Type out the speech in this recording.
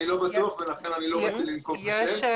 אני לא בטוח, לכן אני לא רוצה לנקוב בשם.